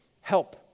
help